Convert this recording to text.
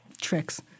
tricks